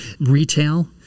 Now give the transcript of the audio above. retail